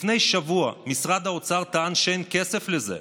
לפני שבוע משרד האוצר טען שאין כסף לזה,